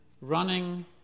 running